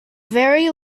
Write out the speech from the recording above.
very